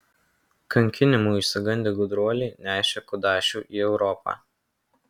kankinimų išsigandę gudruoliai nešė kudašių į europą